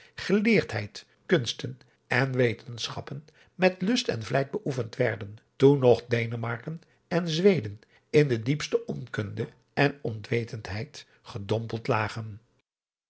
geleerdheid kunsten en wetenschappen met lust en vlijt beoefend werden toen nog denemarken en zweden in de diepste onkunde en onwetendheid gedompeld lagen